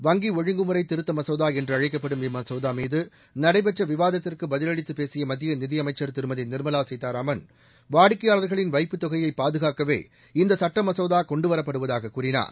வங்கி ஒழுங்குமுறை திருத்த மசோதா என்றழைக்கப்படும் இம்மசோதா மீது நடைபெற்ற விவாதத்திற்கு பதிலளித்தப் பேசிய மத்திய நிதியமைச்சர் திருமதி நிர்மவா வாடிக்கையாளர்களின் வைப்புத் தொகையை பாதுகாக்கவே இந்த சுட்ட மசோதா கொண்டுவரப்படுவதாக கூறினார்